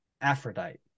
Aphrodite